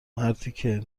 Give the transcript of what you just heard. مرتیکه